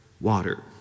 water